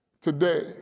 Today